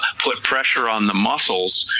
put pressure on the muscles,